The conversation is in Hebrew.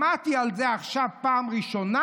שמעתי על זה עכשיו פעם ראשונה.